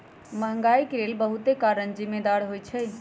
महंगाई के लेल बहुते कारन जिम्मेदार होइ छइ